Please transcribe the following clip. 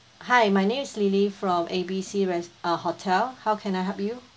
hi my name's lily from A B C res~ uh hotel how can I help you